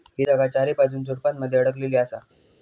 ही जागा चारीबाजून झुडपानमध्ये अडकलेली असा